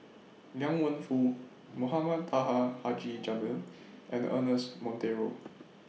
Liang Wenfu Mohamed Taha Haji Jamil and Ernest Monteiro